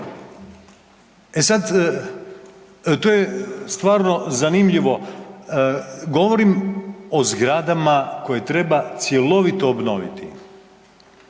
E sad, to je stvarno zanimljivo, govorim o zgradama koje treba cjelovito obnoviti,